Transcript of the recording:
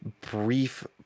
brief